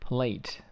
Plate